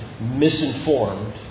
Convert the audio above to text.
misinformed